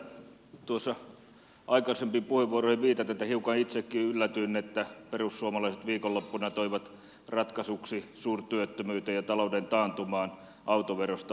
täytyy myöntää aikaisempiin puheenvuoroihin viitaten että hiukan itsekin yllätyin että perussuomalaiset viikonloppuna toivat ratkaisuksi suurtyöttömyyteen ja talouden taantumaan autoverosta luopumisen